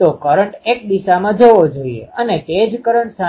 જો Calcutta radio station Dhaka radio સ્ટેશનની દિશામાં કોઈ નલnullશૂન્યતા મૂકશે નહીં તો ધાકા રેડિયો સ્ટેશનની ખલેલ ત્યાં થશે